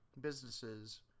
businesses